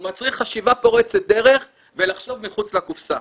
הוא מצריך חשיבה פורצת דרך ולחשוב מחוץ לקופסה.